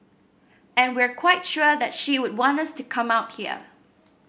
and we're quite sure that she would want us to come out here